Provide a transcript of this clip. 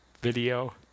video